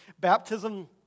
baptism